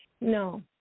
No